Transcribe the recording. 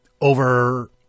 over